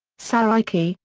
saraiki,